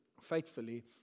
faithfully